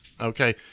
Okay